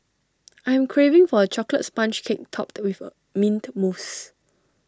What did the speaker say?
I am craving for A Chocolate Sponge Cake Topped with A Mint Mousse